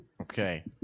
Okay